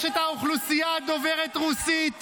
יש את האוכלוסייה דוברת הרוסית,